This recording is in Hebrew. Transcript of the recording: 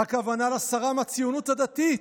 "הכוונה היא לשרה מהציונות הדתית,